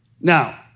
Now